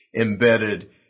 embedded